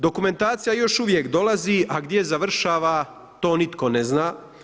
Dokumentacija još uvijek dolazi, a gdje završava, to nitko ne zna.